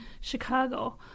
Chicago